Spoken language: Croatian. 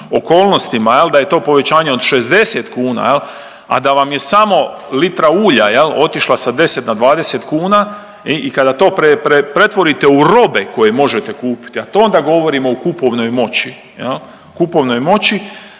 da je to povećanje od 60 kuna jel, a da vam je samo litra ulja jel otišla sa 10 na 20 kuna i kada to pretvorite u robe koje možete kupiti, a to onda govorimo o kupovnoj moći